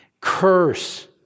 curse